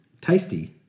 Tasty